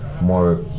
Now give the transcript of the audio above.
more